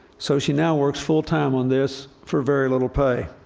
so she now works full-time on this for very little pay.